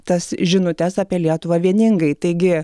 tas žinutes apie lietuvą vieningai taigi